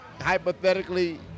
hypothetically